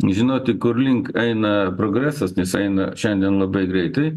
žinoti kur link eina progresas nes eina šiandien labai greitai